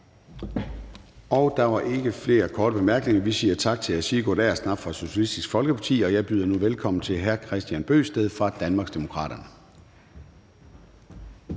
Der var ikke flere korte bemærkninger. Vi siger tak til hr. Sigurd Agersnap fra Socialistisk Folkeparti, og jeg byder nu velkommen til hr. Kristian Bøgsted fra Danmarksdemokraterne.